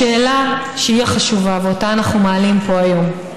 השאלה, שהיא החשובה, ואותה אנו מעלים פה היום,